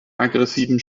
aggressiven